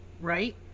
right